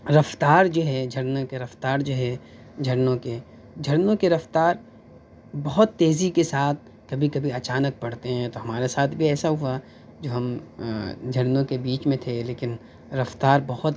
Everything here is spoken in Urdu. رفتار جو ہے جھرنے کے رفتار جو ہے جھرنوں کے جھرنوں کے رفتار بہت تیزی کے ساتھ کبھی کبھی اچانک پڑتے ہیں تو ہمارے ساتھ بھی ایسا ہُوا جو ہم جھرنوں کے بیچ میں تھے لیکن رفتار بہت